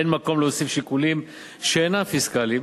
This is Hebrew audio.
אין מקום להוסיף שיקולים שאינם פיסקליים